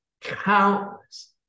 countless